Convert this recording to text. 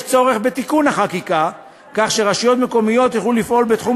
יש צורך בתיקון החקיקה כך שרשויות מקומיות יוכלו לפעול בתחום